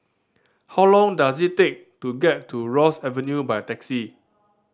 how long does it take to get to Ross Avenue by taxi